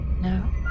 No